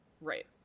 Right